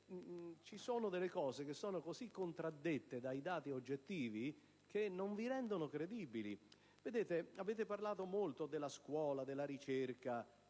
Ci sono cose che sono così contraddette dai dati oggettivi che non vi rendono credibili. Avete parlato molto della scuola, della ricerca,